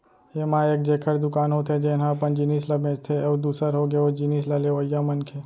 ऐमा एक जेखर दुकान होथे जेनहा अपन जिनिस ल बेंचथे अउ दूसर होगे ओ जिनिस ल लेवइया मनखे